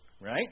Right